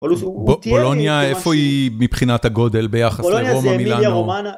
בולוניה איפה היא מבחינת הגודל ביחס לרומא, מילאנו?